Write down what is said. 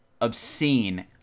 obscene